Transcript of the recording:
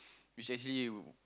which is actually